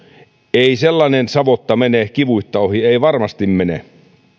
ei sellainen savotta mene kivuitta ohi ei varmasti mene